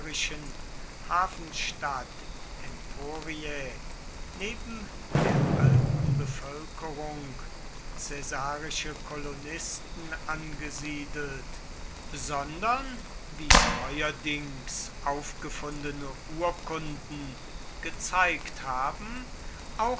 hafenstadt emporiae neben der alten bevölkerung caesarische kolonisten angesiedelt sondern wie neuerdings aufgefundene urkunden gezeigt haben